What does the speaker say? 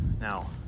now